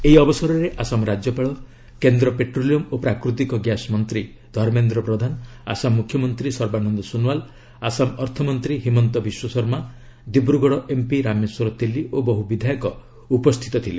ଏହି ଅବସରରେ ଆସାମ ରାଜ୍ୟପାଳ କେନ୍ଦ୍ର ପେଟ୍ରୋଲିୟମ୍ ଓ ପ୍ରାକୃତିକ ଗ୍ୟାସ୍ ମନ୍ତ୍ରୀ ଧର୍ମେନ୍ଦ୍ର ପ୍ରଧାନ ଆସାମ ମୁଖ୍ୟମନ୍ତ୍ରୀ ସର୍ବାନନ୍ଦ ସୋନୱାଲ୍ ଆସାମ ଅର୍ଥମନ୍ତ୍ରୀ ହିମନ୍ତ ବିଶ୍ୱଶର୍ମା ଦିବୃଗଡ଼ ଏମ୍ପି ରାମେଶ୍ୱର ତେଲି ଓ ବହୁ ବିଧାୟକ ଉପସ୍ଥିତ ଥିଲେ